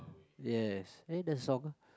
yes eh that song